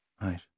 Right